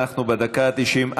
אנחנו בדקה ה-90,